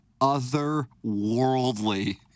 otherworldly